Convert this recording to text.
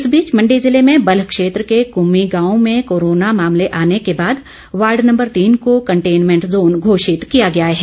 इस बीच मंडी जिले में बल्ह क्षेत्र के कुम्मी गांव में कोरोना मामले आने के बाद वार्ड नम्बर तीन को कंटेनमेंट जोन घोषित किया गया है